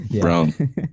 brown